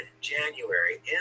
January